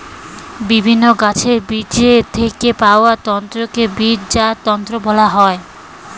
বিভিন্ন গাছের বীজের থেকে পাওয়া তন্তুকে বীজজাত তন্তু বলা হয়